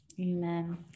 amen